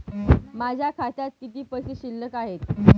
माझ्या खात्यात किती पैसे शिल्लक आहेत?